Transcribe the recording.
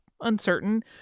uncertain